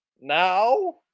now